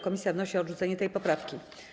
Komisja wnosi o odrzucenie tej poprawki.